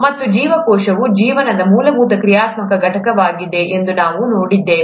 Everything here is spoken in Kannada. ಮತ್ತು ಜೀವಕೋಶವು ಜೀವನದ ಮೂಲಭೂತ ಕ್ರಿಯಾತ್ಮಕ ಘಟಕವಾಗಿದೆ ಎಂದು ನಾವು ನೋಡಿದ್ದೇವೆ